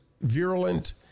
virulent